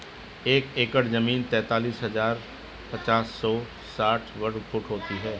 एक एकड़ जमीन तैंतालीस हजार पांच सौ साठ वर्ग फुट होती है